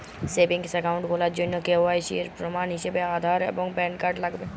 savings account খোলার জন্য KYC এর প্রমাণ হিসেবে আধার এবং প্যান কার্ড লাগবে